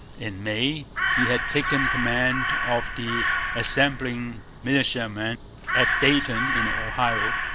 in may he had taken command of the assembling militiamen at dayton in ohio.